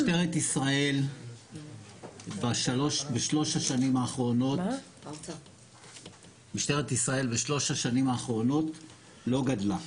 משטרת ישראל בשלוש השנים האחרונות לא גדלה,